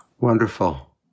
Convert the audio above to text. Wonderful